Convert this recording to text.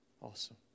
Awesome